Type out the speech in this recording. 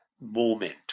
moment